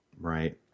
Right